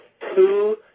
two